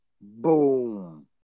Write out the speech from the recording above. Boom